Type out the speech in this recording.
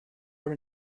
are